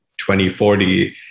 2040